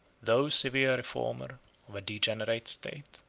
though severe reformer of a degenerate state.